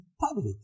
public